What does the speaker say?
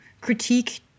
critique